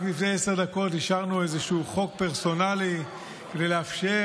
רק לפני עשר דקות אישרנו איזשהו חוק פרסונלי כדי לאפשר